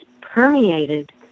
permeated